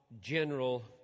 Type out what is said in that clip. general